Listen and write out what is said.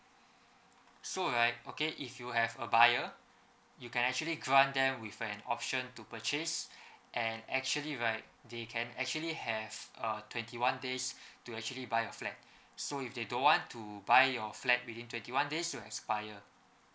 so right okay if you have a buyer you can actually grant them with an option to purchase and actually right they can actually have a twenty one days to actually buy your flat so if they don't want to buy your flat within twenty one days will expire